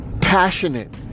passionate